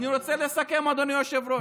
אני רוצה לסכם, אדוני היושב-ראש.